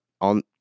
on